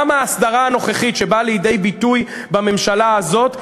גם ההסדרה הנוכחית שבאה לידי ביטוי בממשלה הזאת,